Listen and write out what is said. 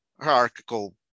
hierarchical